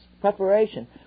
Preparation